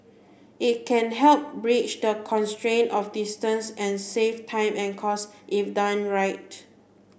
it can help bridge the constraints of distance and save time and costs if done right